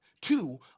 Two